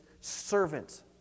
servant